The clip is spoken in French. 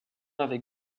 avec